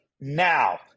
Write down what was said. now –